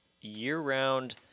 year-round